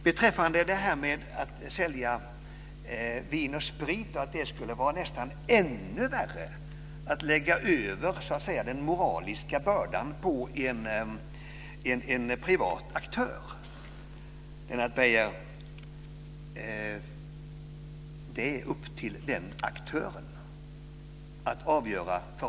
När det gäller att sälja Vin & Sprit och att det skulle vara ännu värre att lägga över den moraliska bördan på en privat aktör, vill jag säga att det är upp till den aktören att avgöra.